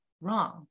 wrong